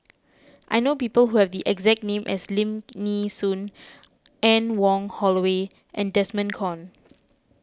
I know people who have the exact name as Lim Nee Soon Anne Wong Holloway and Desmond Kon